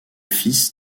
fils